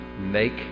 make